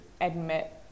admit